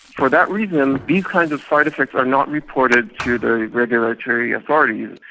for that reason these kinds of side-effects are not reported to the regulatory authorities,